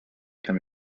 can